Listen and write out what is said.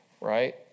right